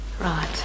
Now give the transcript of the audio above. Right